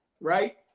right